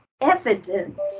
evidence